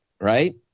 right